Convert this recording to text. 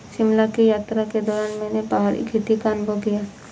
शिमला की यात्रा के दौरान मैंने पहाड़ी खेती का अनुभव किया